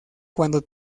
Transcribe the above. cuando